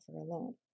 alone